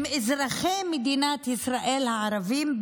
עם אזרחי מדינת ישראל הערבים,